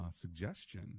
suggestion